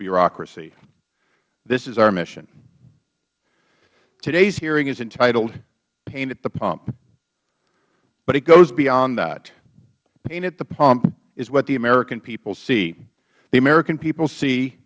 bureaucracy this is our mission today's hearing is entitled pain at the pump but it goes beyond that pain at the pump is what the american people see the american people see